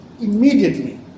immediately